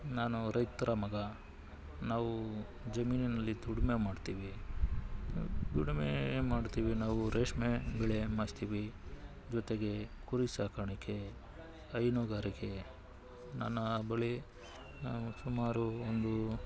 ನಾನು ರೈತರ ಮಗ ನಾವು ಜಮೀನಿನಲ್ಲಿ ದುಡಿಮೆ ಮಾಡ್ತೀವಿ ದುಡಿಮೆ ಮಾಡ್ತೀವಿ ನಾವು ರೇಷ್ಮೆ ಬೆಳೆಯ ಮಾಡ್ತೀವಿ ಜೊತೆಗೆ ಕುರಿ ಸಾಕಾಣಿಕೆ ಹೈನುಗಾರಿಕೆ ನನ್ನ ಬಳಿ ನಾವು ಸುಮಾರು ಒಂದು